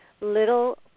little